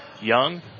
Young